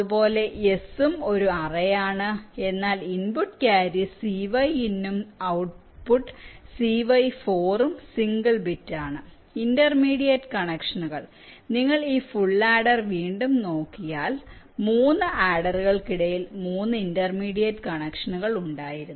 അതുപോലെ s യും ഒരു അറേ ആണ് എന്നാൽ ഇൻപുട്ട് ക്യാരി cy in ഉം ഔട്ട്പുട്ട് cy4 ഉം സിംഗിൾ ബിറ്റ് ആണ് ഇന്റർമീഡിയറ്റ് കണക്ഷനുകൾ നിങ്ങൾ ഈ ഫുൾ ആഡർ വീണ്ടും നോക്കിയാൽ 3 ആഡ്ഡറുകൾക്കിടയിൽ 3 ഇന്റർമീഡിയറ്റ് കണക്ഷനുകൾ ഉണ്ടായിരുന്നു